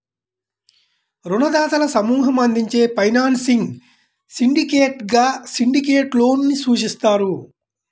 రుణదాతల సమూహం అందించే ఫైనాన్సింగ్ సిండికేట్గా సిండికేట్ లోన్ ని సూచిస్తారు